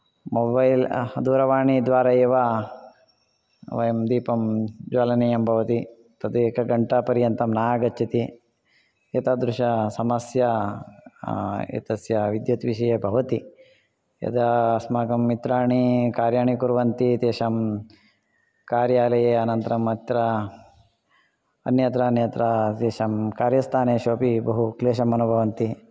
mobile दूरवाणीद्वार एव वयं दीपं ज्वालनीयं भवति तद् एकघण्टापर्यन्तं न आगच्छति एतादृशसमस्या एतस्य विद्युत् विषये भवति यदा अस्माकं मित्राणि कार्याणि कुर्वन्ति तेषां कार्यालये अनन्तरं अत्र अन्यत्र अन्यत्र तेषां कार्यस्थानेषु अपि बहु क्लेशं अनुभवन्ति